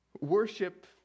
worship